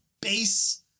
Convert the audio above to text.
base